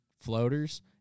floaters